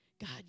God